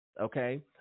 Okay